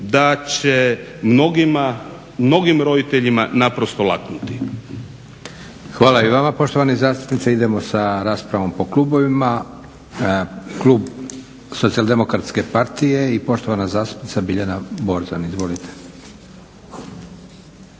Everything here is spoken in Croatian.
mnogim roditeljima naprosto laknuti.